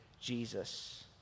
Jesus